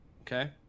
Okay